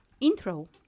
intro